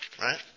right